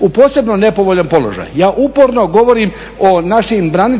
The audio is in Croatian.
u posebno nepovoljan položaj. Ja uporno govorim o našim braniteljima